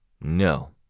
No